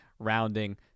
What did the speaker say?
rounding